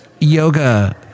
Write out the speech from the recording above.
yoga